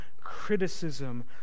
criticism